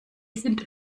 sind